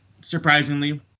surprisingly